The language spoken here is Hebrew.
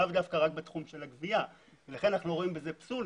אנחנו לא רואים בזה פסול.